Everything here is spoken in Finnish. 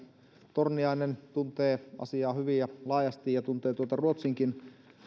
torniainen tuntee asiaa hyvin ja laajasti ja tuntee tuntee ruotsinkin